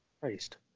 Christ